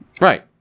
Right